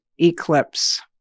eclipse